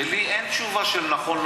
שלי אין תשובה של נכון,